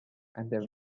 and